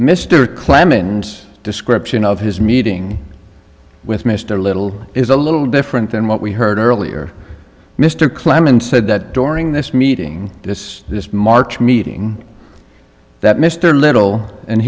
mr clemens description of his meeting with mr little is a little different than what we heard earlier mr clemens said that during this meeting this this march meeting that mr little and